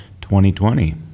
2020